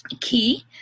Key